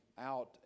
out